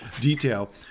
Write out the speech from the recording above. detail